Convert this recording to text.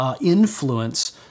influence